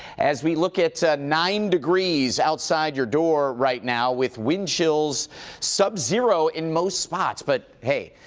as we look at nine degrees outside your door right now, with wind chills subzero in most spots. but hey,